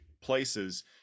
places